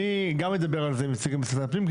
אני גם אדבר על זה עם נציגים ממשרד הפנים,